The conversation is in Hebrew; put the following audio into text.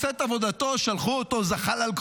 הוא עושה את עבודתו,